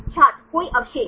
छात्र कोई अवशेष